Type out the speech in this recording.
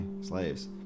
slaves